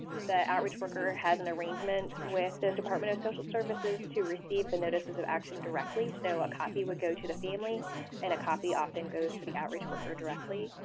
the outreach worker has an arrangement with the department of social services to receive the notices of action directly, so a copy would go to the family and a copy often goes to the outreach worker directly.